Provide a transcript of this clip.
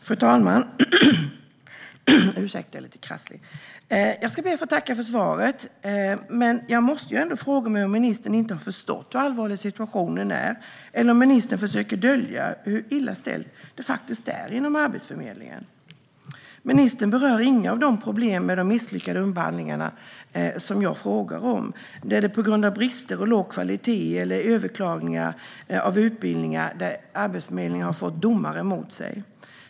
Fru talman! Jag ska be att få tacka för svaret. Jag måste dock fråga mig om ministern inte har förstått hur allvarlig situationen är eller om hon försöker dölja hur illa ställt det faktiskt är inom Arbetsförmedlingen. Ministern berör inga av de problem med misslyckade upphandlingar som jag frågade om, där Arbetsförmedlingen på grund av brister, låg kvalitet eller överklagade utbildningar har fått domar emot sig.